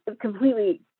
completely